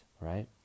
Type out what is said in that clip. right